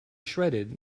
shredded